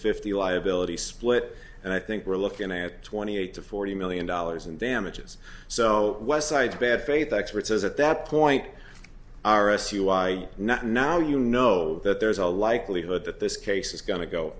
fifty liability split and i think we're looking at twenty eight to forty million dollars in damages so westside bad faith experts is at that point r s u why not now you know that there's a likelihood that this case is go